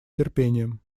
терпением